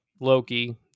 Loki